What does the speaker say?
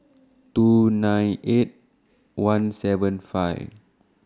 two nine eight one seven five